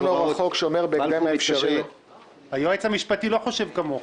גם לאור החוק שאומר --- היועץ המשפטי לא חושב כמוך.